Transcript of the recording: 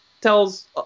tells